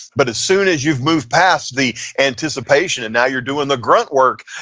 but as soon as you've moved past the anticipation, and now you're doing the grunt work,